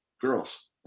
girls